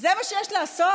זה מה שיש לעשות?